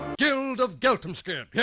guild of geltenkerr. yeah